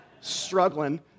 struggling